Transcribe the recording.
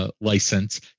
license